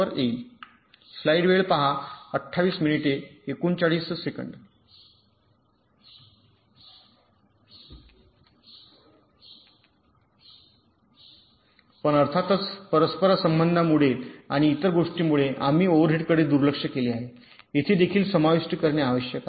वर येईल पण अर्थातच परस्परसंबंधांमुळे आणि इतर गोष्टींमुळे आम्ही ओव्हरहेडकडे दुर्लक्ष केले आहे येथे देखील समाविष्ट करणे आवश्यक आहे